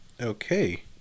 Okay